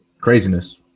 Craziness